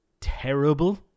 terrible